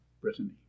Brittany